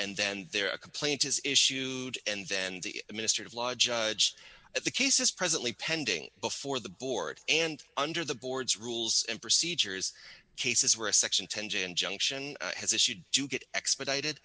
and then there are a complaint is issued and then the administrative law judge the case is presently pending before the board and under the board's rules and procedures cases where a section ten j injunction has issued to get expedited